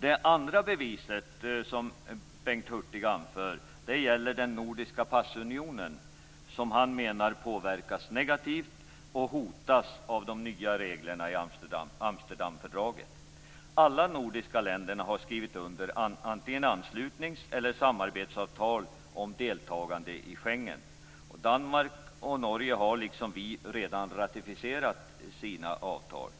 Det andra motivet som Bengt Hurtig anför gäller den nordiska passunionen, som han menar påverkas negativt och hotas av de nya reglerna i Amsterdamfördraget. Alla nordiska länder har skrivit under antingen anslutnings eller samarbetsavtal om deltagande i Schengen. Danmark och Norge har, liksom vi, redan ratificerat sina avtal.